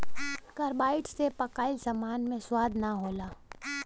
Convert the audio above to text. carbide से पकाइल सामान मे स्वाद ना होला